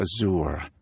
azure